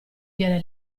viene